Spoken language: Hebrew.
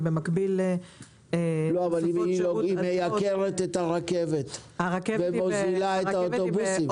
אבל היא מייקרת את הרכבת ומוזילה את האוטובוסים.